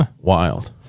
wild